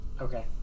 Okay